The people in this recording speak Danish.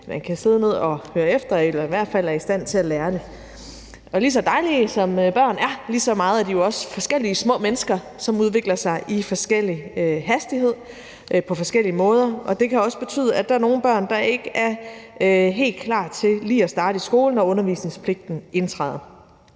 man kan sidde ned og høre efter eller er i hvert fald i stand til at lære det. Og lige så dejlige børn er, lige så meget er de jo også forskellige små mennesker, som udvikler sig i forskellig hastighed på forskellige måder, og det kan også betyde, at der er nogle børn, der ikke er helt klar til lige at starte i skole, når undervisningspligten indtræder.